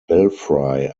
belfry